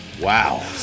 Wow